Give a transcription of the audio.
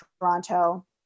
Toronto